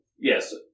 Yes